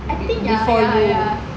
I think ya ya ya